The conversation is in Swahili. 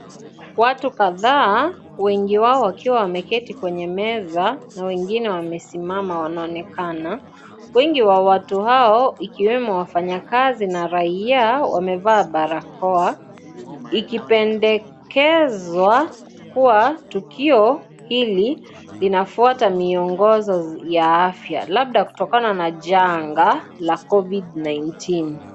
Watu kadhaa wengi wao wakiwa wameketi kwenye meza na wengine wamesimama wanaonekana wengi wa watu hao ikiwemo wafanyikazi na rahia wamevaa barakoa ikipendekezwa kuwa tukio hili linafuata miongozo ya afya labda kutokana na janga la COVID-19.